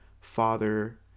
father